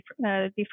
different